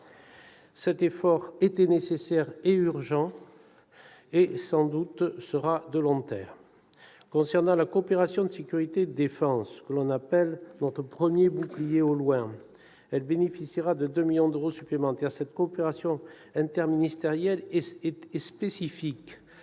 Cet effort était nécessaire et urgent. Sans doute sera-t-il de long terme. Concernant la coopération de sécurité et de défense, notre « premier bouclier au loin », elle bénéficiera de 2 millions d'euros supplémentaires. Cette coopération interministérielle est spécifique,